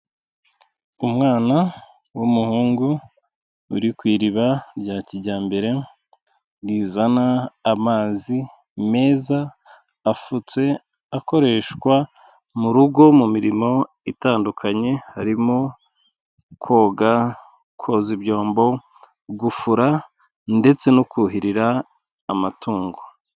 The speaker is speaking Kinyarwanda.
Umwana w'umuhungu uri ku iriba rya kijyambere rizana amazi meza afutse akoreshwa mu rugo mu mirimo itandukanye, harimo koga koza ibyombo, gufura, ndetse no kuhira amatungo.